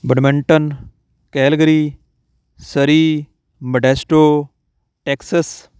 badminton Calgary Surrey Modesto Texas